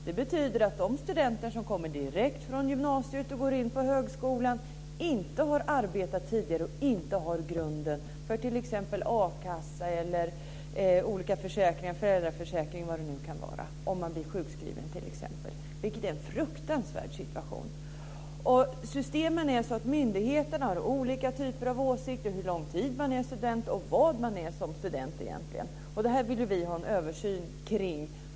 Det betyder att de studenter som kommer direkt från gymnasiet till högskolan och som inte har arbetat tidigare inte har grunden för t.ex. a-kassa eller olika försäkringar, föräldraförsäkring eller vad det nu kan vara, om man t.ex. blir sjukskriven. Det är en fruktansvärd situation. Systemet är sådant att myndigheterna har olika åsikter om hur lång tid man är student och om vad man är som student. Det här vill vi ha en översyn av.